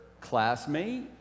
classmate